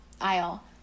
aisle